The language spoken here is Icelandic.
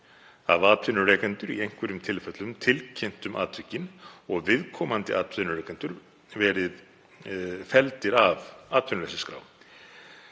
Hafa atvinnurekendur í einhverjum tilfellum tilkynnt um atvikin og viðkomandi atvinnuleitendur verið felldir af atvinnuleysisskrá.